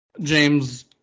James